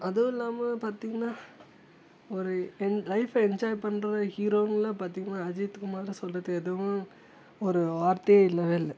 அதுவும் இல்லாமல் பார்த்தீங்கன்னா ஒரு என் லைஃப்பை என்ஜாய் பண்ணுற ஹீரோன்னுலாம் பார்த்தீங்கன்னா அஜித்துகுமார் தான் சொல்லுறதுக்கு எதுவும் ஒரு வார்த்தையே இல்லவே இல்லை